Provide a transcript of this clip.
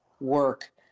work